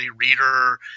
reader